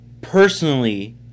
personally